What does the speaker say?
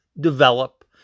develop